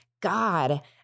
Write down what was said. God